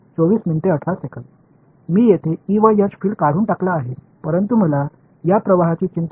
உள்ளே E மற்றும் H புலத்தை அகற்றினேன் ஏனெனில் இந்த மின்னோட்டங்களின் பங்கு இறுதியாக E மற்றும் H புலங்களை உருவாக்குவதாகும்